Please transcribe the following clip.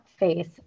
face